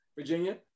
Virginia